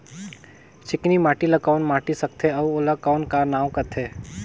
चिकनी माटी ला कौन माटी सकथे अउ ओला कौन का नाव काथे?